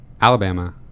Alabama